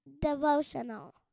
devotional